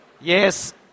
Yes